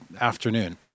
afternoon